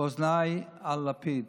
באוזניי על לפיד,